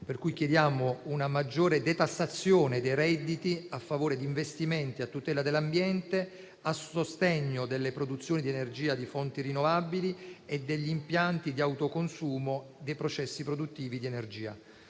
altresì una maggiore detassazione dei redditi a favore di investimenti a tutela dell'ambiente, a sostegno delle produzioni di energia da fonti rinnovabili e degli impianti di autoconsumo dei processi produttivi di energia.